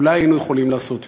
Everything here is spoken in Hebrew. אולי יכולנו לעשות יותר?